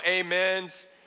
amens